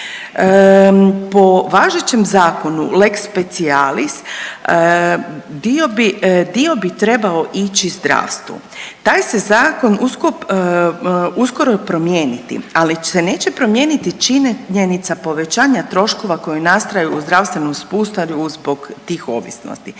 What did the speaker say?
Po važećem zakonu lex specialis dio bi trebao ići zdravstvu. Taj se zakon uskoro promijeniti, ali se neće promijeniti činjenica povećanja tro9kova koji nastaju u zdravstvenom sustavu zbog tih ovisnosti.